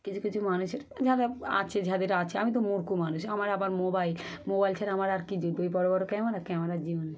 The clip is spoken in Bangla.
কিছু কিছু মানুষের যারা আছে যাদের আছে আমি তো মূর্খ্য মানুষ আমার আবার মোবাইল মোবাইল ছাড়া আমার আর কী জুটবে ওই বড় বড় ক্যামেরা ক্যামেরা আর জীবনে